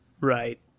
Right